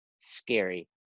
scary